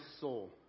soul